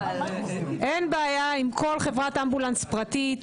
אין בעיה עם כל חברת אמבולנס פרטית,